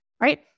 right